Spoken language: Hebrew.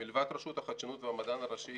מלבד רשות החדשנות והמדען הראשי,